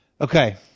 Okay